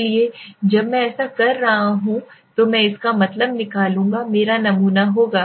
इसलिए जब मैं ऐसा कर रहा हूं तो मैं इसका मतलब निकालूंगा मेरा नमूना होगा